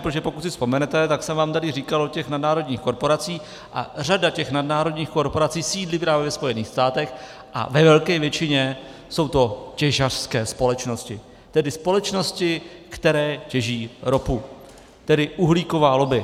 Protože pokud si vzpomenete, tak jsem vám tady říkal o těch nadnárodních korporacích, a řada nadnárodních korporací sídlí právě ve Spojených státech a ve velké většině jsou to těžařské společnosti, tedy společnosti, které těží ropu, tedy uhlíková lobby.